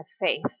faith